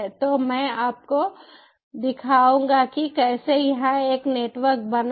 तो मैं आपको दिखाऊंगा कि कैसे यहाँ एक नेटवर्क बनाएँ